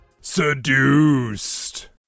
seduced